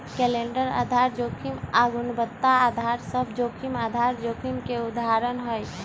calendar आधार जोखिम आऽ गुणवत्ता अधार सभ जोखिम आधार जोखिम के उदाहरण हइ